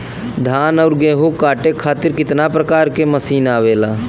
धान और गेहूँ कांटे खातीर कितना प्रकार के मशीन आवेला?